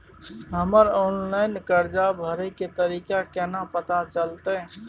हमर ऑनलाइन कर्जा भरै के तारीख केना पता चलते?